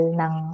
ng